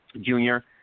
junior